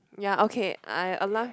yea okay I